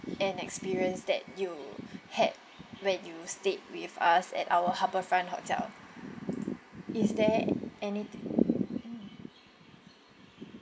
an experience that you had when you stayed with us at our harbourfront hotel is there anythi~ mm